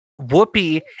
Whoopi